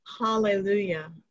Hallelujah